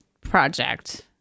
project